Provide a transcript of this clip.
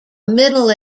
middle